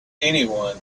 anyone